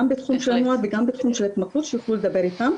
גם בתחום של הנוער וגם בתחום של ההתמכרות שיוכלו לדבר איתם.